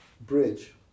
bridge